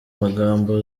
magambo